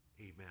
amen